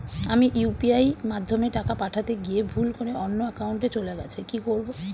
আমি ইউ.পি.আই মাধ্যমে টাকা পাঠাতে গিয়ে ভুল করে অন্য একাউন্টে চলে গেছে কি করব?